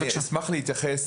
אני אשמח להתייחס